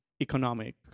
economic